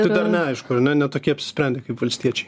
neaišku ar ne ne tokie apsisprendę kaip valstiečiai